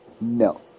No